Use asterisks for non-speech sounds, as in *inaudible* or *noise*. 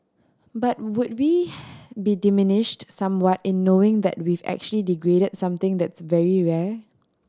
but would we *noise* be diminished somewhat in knowing that we've actually degraded something that's very rare